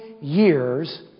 years